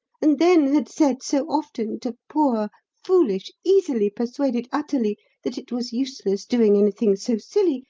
and then had said so often to poor, foolish, easily persuaded athalie that it was useless doing anything so silly,